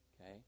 okay